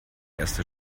erste